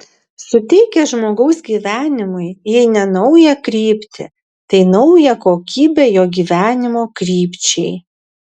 suteikia žmogaus gyvenimui jei ne naują kryptį tai naują kokybę jo gyvenimo krypčiai